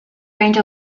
range